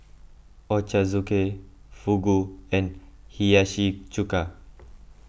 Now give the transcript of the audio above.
Ochazuke Fugu and Hiyashi Chuka